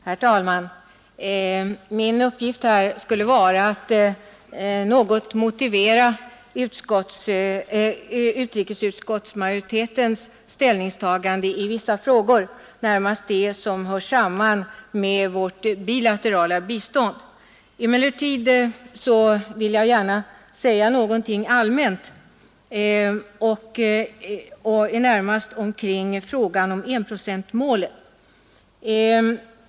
Herr talman! Min uppgift skulle här vara att något motivera utrikesutskottsmajoritetens ställningstagande i vissa frågor, närmast de som hör samman med vårt bilaterala bistånd. Jag vill emellertid gärna säga någonting allmänt, närmast då omkring frågan om enprocentsmålet.